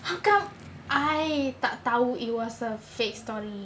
how come I tak tahu it was a fake story